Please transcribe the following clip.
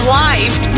life